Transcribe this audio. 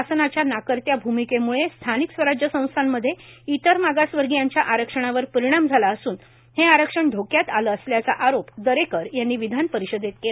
शासनाच्या नाकर्त्या भूमिकेम्ळे स्थानिक स्वराज्य संस्थांमध्ये इतर मागासवर्गीयांच्या आरक्षणावर परिणाम झाला असून हे आरक्षण धोक्यात आलं असल्याचा आरोप दरेकर यांनी विधान परिषदेत केला